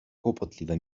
kłopotliwe